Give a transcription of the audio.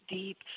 deep